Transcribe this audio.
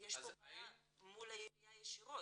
יש פה בעיה מול העיריה ישירות.